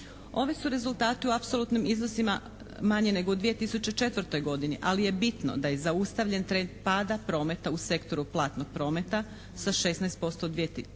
Ovi su rezultati u apsolutnim iznosima manji nego u 2004. godini, ali je bitno da je zaustavljen trend pada prometa u sektoru platnog prometa, sa 16% 2004.,